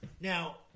Now